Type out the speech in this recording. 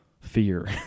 fear